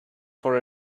for